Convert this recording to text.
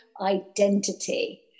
identity